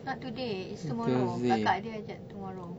not today is tomorrow kakak dia ajak tomorrow